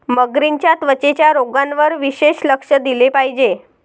मगरींच्या त्वचेच्या रोगांवर विशेष लक्ष दिले पाहिजे